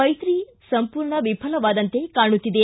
ಮೈತ್ರಿ ಸಂಪೂರ್ಣ ವಿಫಲವಾದಂತೆ ಕಾಣುತ್ತಿದೆ